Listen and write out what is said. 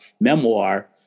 memoir